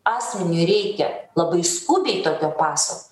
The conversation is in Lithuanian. asmeniui reikia labai skubiai tokio paso